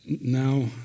now